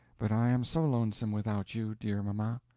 but i am so lonesome without you, dear mamma.